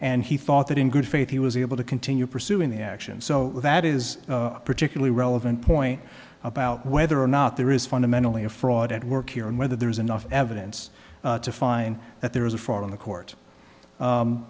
and he thought that in good faith he was able to continue pursuing the action so that is a particularly relevant point about whether or not there is fundamentally a fraud at work here and whether there is enough evidence to find that there was a fraud on the court